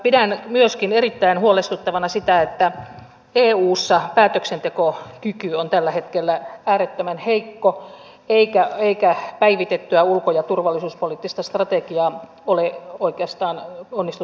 pidän myöskin erittäin huolestuttavana sitä että eussa päätöksentekokyky on tällä hetkellä äärettömän heikko eikä päivitettyä ulko ja turvallisuuspoliittista strategiaa ole oikeastaan onnistuttu tekemään